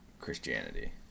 Christianity